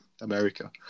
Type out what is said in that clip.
America